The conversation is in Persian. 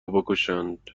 بکشند